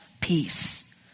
peace